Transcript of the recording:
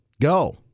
go